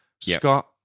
Scott